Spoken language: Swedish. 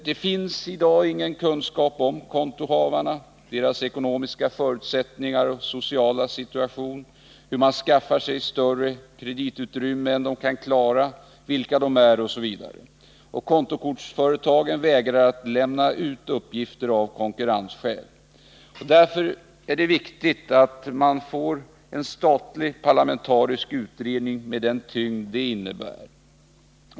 Det finns i dag ingen kunskap om kontohavarna, deras ekonomiska förutsättningar och sociala situation, hur de skaffar sig större kreditutrymme än de kan klara av, vilka de är osv. Kontokortsföretagen vägrar av konkurrensskäl att lämna ut uppgifter. Därför är det viktigt att vi får en statlig parlamentarisk utredning med den tyngd det innebär.